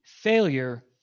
Failure